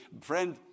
Friend